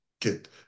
get